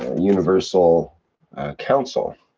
universal council.